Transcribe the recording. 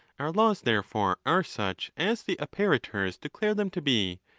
our laws, therefore, are such as the apparitors declare them to be,